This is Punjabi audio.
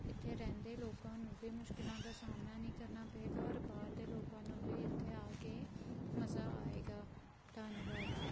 ਇੱਥੇ ਰਹਿੰਦੇ ਲੋਕਾਂ ਨੂੰ ਵੀ ਮੁਸ਼ਕਿਲਾਂ ਦਾ ਸਾਹਮਣਾ ਨਹੀਂ ਕਰਨਾ ਪਏਗਾ ਔਰ ਬਾਹਰ ਦੇ ਲੋਕਾਂ ਨੂੰ ਵੀ ਇੱਥੇ ਆ ਕੇ ਮਜ਼ਾ ਆਏਗਾ ਧੰਨਵਾਦ